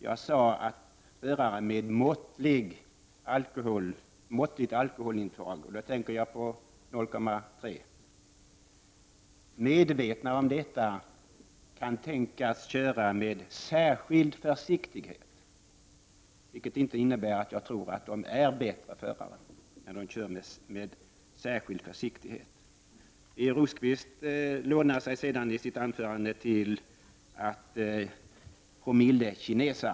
Jag sade att förare med måttligt alkoholintag — och då tänker jag på 0,3 Komedvetna om detta kan tänkas köra med särskild försiktighet, vilket inte innebär att jag tror att de är bättre förare. Birger Rosqvist lånar sig sedan i sitt anförande till promillekineseri.